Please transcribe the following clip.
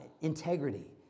integrity